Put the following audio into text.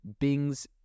Bing's